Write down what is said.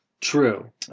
True